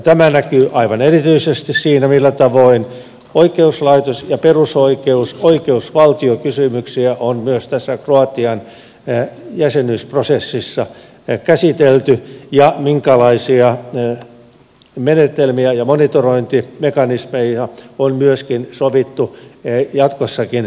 tämä näkyy aivan erityisesti siinä millä tavoin oikeuslaitos ja perusoikeus oikeusvaltiokysymyksiä on myös tässä kroatian jäsenyysprosessissa käsitelty ja minkälaisia menetelmiä ja monitorointimekanismeja on myöskin sovittu jatkossakin käytettäväksi